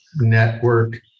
network